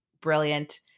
Brilliant